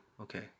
okay